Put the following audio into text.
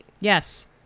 Yes